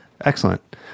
Excellent